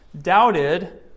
doubted